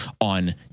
on